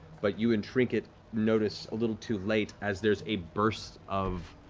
but you and trinket notice a little too late as there's a burst of